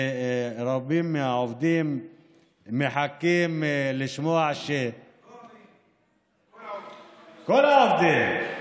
רבים מהעובדים מחכים לשמוע, כל העובדים.